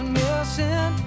missing